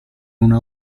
una